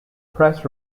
press